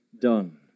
done